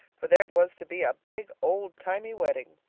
for there was to be a big, old-timey wedding.